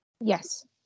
Yes